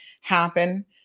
happen